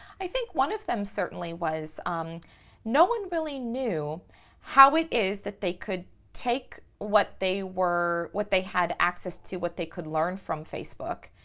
i think one of them certainly was no one really knew how it is that they could take what they were, what they had access to, what they could learn from facebook,